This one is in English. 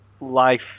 life